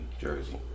jersey